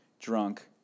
drunk